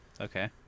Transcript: Okay